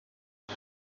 com